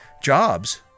jobs